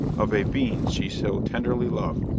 of a being she so tenderly loved.